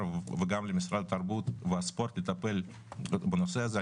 וגם למשרד התרבות והספורט לטפל בנושא הזה.